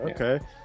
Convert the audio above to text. Okay